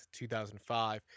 2005